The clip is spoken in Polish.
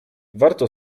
warto